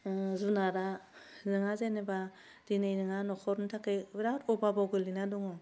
ओह जुनादआ नोंहा जेनोबा दिनै नोंहा नख'रनि थाखाय बिराथ अबाबआव गोलैनानै दङ